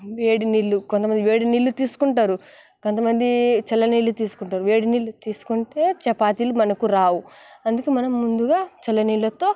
వేడి నీళ్ళు కొంత మంది వేడి నీళ్ళు తీసుకుంటారు కొంతమంది చల్లని నీళ్ళు తీసుకుంటారు వేడి నీళ్ళు తీసుకుంటే చపాతీలు మనకు రావు అందుకని మనం ముందుగా చల్లని నీళ్ళతో